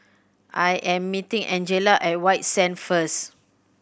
I am meeting Angela at White Sands first